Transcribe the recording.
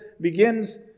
begins